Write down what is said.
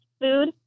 food